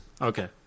Okay